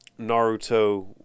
Naruto